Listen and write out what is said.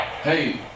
Hey